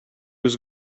was